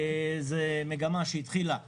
זו מגמה שהתחילה בעבר.